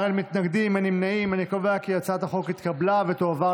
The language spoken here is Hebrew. ההצעה להעביר את הצעת חוק למניעת אלימות במשפחה